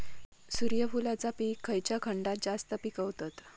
सूर्यफूलाचा पीक खयच्या खंडात जास्त पिकवतत?